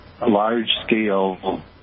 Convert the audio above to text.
large-scale